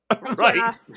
Right